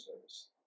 service